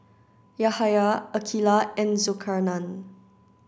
Yahaya Aqilah and Zulkarnain